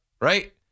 Right